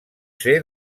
ser